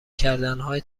کردنهای